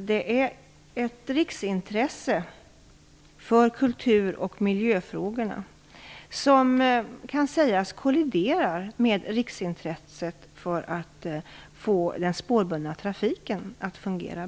Det är ett riksintresse för kulturoch miljöfrågorna som kan sägas kollidera med riksintresset att få den spårbundna trafiken att fungera bra.